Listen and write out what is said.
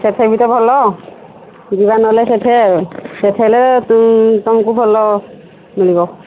ସେଠେ ବି ତ ଭଲ ଯିବା ନ ହେଲେ ସେଠେ ସେଥିରେ ତୁମକୁ ଭଲ ମିଳିବ